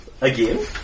again